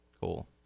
Cool